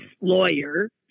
lawyer